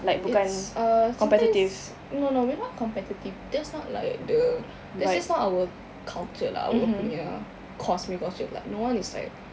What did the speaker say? it's uh sometimes no no we're not competitive that's not like the that's just not our culture lah our punya course punya culture like no one is like